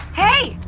hey,